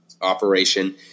operation